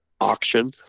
auction